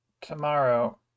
tomorrow